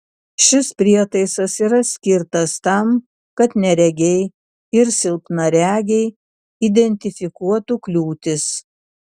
šis prietaisas yra skirtas tam kad neregiai ir silpnaregiai identifikuotų kliūtis